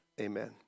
Amen